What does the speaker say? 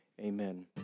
Amen